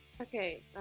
Okay